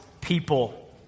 people